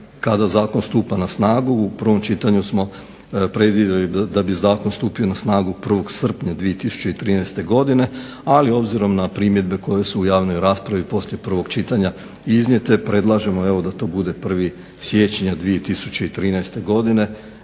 kada zakon stupa na snagu. U prvom čitanju smo predvidjeli da bi zakon stupio na snagu 1. srpnja 2013. godine, ali obzirom na primjedbe koje su u javnoj raspravi poslije prvog čitanja iznijete predlažemo da to bude 1. siječnja 2013. godine.